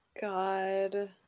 God